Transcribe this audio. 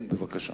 בבקשה.